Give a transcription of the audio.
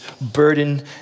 burden